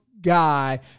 guy